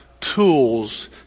tools